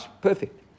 perfect